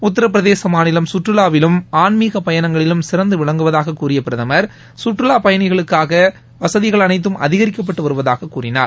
உத்தரப் பிரதேச மாநிலம் கற்றுலாவிலும் ஆன்மீக பயணங்களிலும் சிறந்து விளங்குவதாகக் கூறிய பிரதமர் சுற்றுவாப் பயணிகளுக்கான வசதிகள் அனைத்து அதிகரிக்கப்பட்டு வருவதாகக் கூறினார்